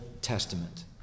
Testament